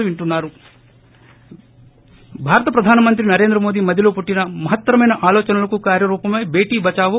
break భారత ప్రధాన మంత్రి నరేంద్ర మోదీ మదిలో పుట్టిన మహత్తరమైన ఆలోచనలకు కార్యరూపమే బేటీ బదావో